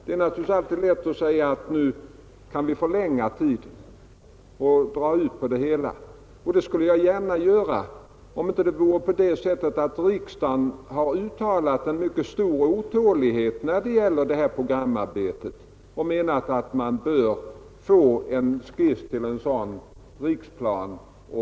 Det är alltid lätt att föreslå att man skall förlänga remisstiden och dra ut på det hela. Det skulle jag gärna göra, om det inte vore så, att riksdagen uttalat sig för ett snabbt programarbete och menat att man utan dröjsmål bör få ett förslag till en regional riksplan.